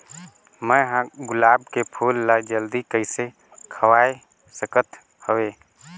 मैं ह गुलाब के फूल ला जल्दी कइसे खवाय सकथ हवे?